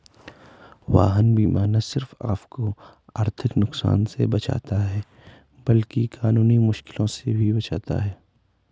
वाहन बीमा न सिर्फ आपको आर्थिक नुकसान से बचाता है, बल्कि कानूनी मुश्किलों से भी बचाता है